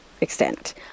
extent